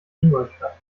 ingolstadt